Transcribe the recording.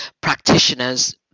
practitioners